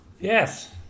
Yes